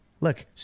Look